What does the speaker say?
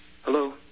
Hello